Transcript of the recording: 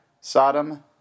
Sodom